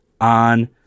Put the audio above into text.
on